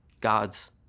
God's